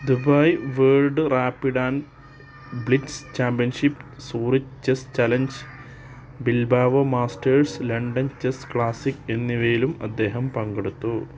Dubai world rapid and blitz championship Zurich chess challenge Bilbao masters London chess classic എന്നിവയിലും അദ്ദേഹം പങ്കെടുത്തു